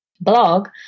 blog